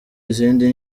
izindi